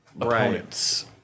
opponents